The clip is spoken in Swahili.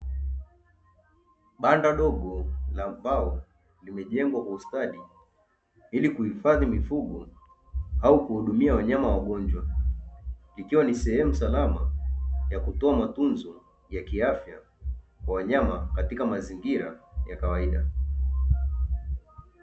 Banda dogo la mbao limejengwa kwa ustadi ili kuhifadhi mifugo au kuhudumia wanyama wagonjwa, ikiwa ni sehemu salama ya kutoa matunzo ya kiafya ya wanyama katika mazingira ya kawaida.